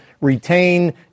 retain